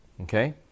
okay